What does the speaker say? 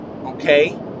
okay